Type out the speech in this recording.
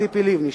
ציפי לבני,